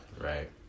right